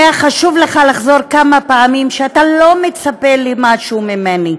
היה חשוב לך לחזור כמה פעמים שאתה לא מצפה למשהו ממני.